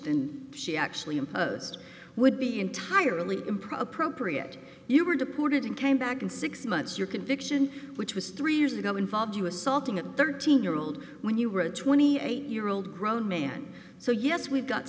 than she actually imposed would be entirely improper propre it you were deported and came back in six months your conviction which was three years ago involved you assaulting a thirteen year old when you were a twenty eight year old grown man so yes we've got